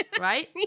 right